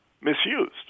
misused